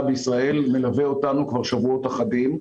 בישראל מלווה אותנו כבר שבועות אחדים.